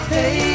Hey